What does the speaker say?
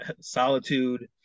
solitude